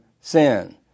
sin